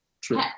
true